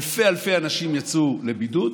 אלפי אלפי אנשים יצאו לבידוד,